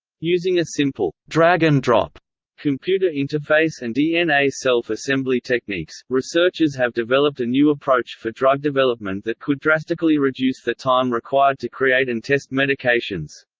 using a simple drag-and-drop computer interface and dna self-assembly techniques, researchers have developed a new approach for drug development that could drastically reduce the time required to create and test medications.